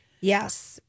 Yes